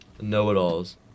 know-it-alls